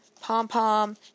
pom-pom